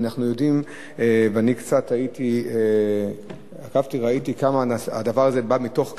אני הייתי וראיתי כמה הדבר הזה בא מתוך כאב,